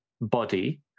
body